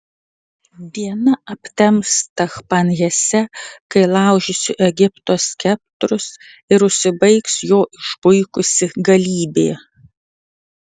diena aptems tachpanhese kai laužysiu egipto skeptrus ir užsibaigs jo išpuikusi galybė